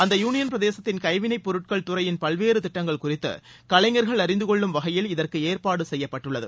அந்த யூளியன் பிரதேசத்தின் கைவினைப்பொருட்கள் துறையின் பல்வேறு திட்டங்கள் குறித்து கலைஞர்கள் அறிந்து கொள்ளும் வகையில் இதற்கு ஏற்பாடு செய்யப்பட்டுள்ளது